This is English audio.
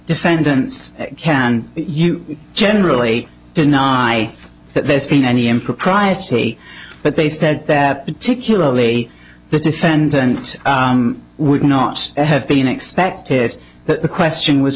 defendants can you generally deny that there's been any impropriety but they said that particularly the defendant would not have been expected that the question was